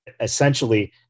essentially